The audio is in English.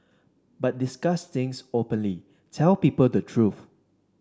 but discuss things openly tell people the truth